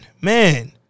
man